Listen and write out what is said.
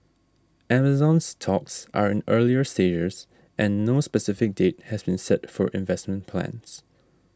Amazon's talks are in earlier stages and no specific date has been set for investment plans